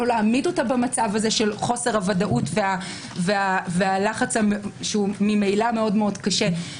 לא להעמיד אותה במצב הזה של חוסר הוודאות והלחץ שממילא מאוד קשה.